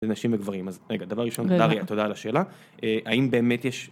לנשים וגברים אז רגע דבר ראשון - אריה תודה על השאלה האם באמת יש